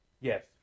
Yes